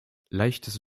leichtes